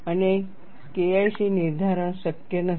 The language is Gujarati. અને KIC નિર્ધારણ શક્ય નથી